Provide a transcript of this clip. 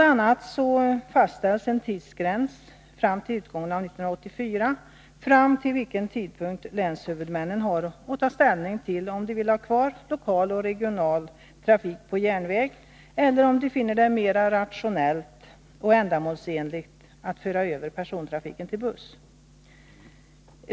a. fastställs en tidsgräns fram till utgången av 1984, fram till vilken tidpunkt länshuvudmännen har att ta ställning till om de vill ha kvar lokal och regional trafik på järnväg, eller om de finner det mera rationellt och ändamålsenligt att föra över persontrafiken till buss.